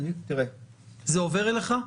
זה עובר אליך?